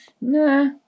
Nah